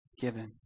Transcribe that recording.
given